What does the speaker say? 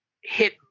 hit